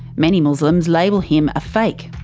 many muslims label him a fake.